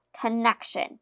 connection